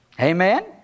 Amen